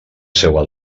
seua